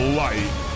light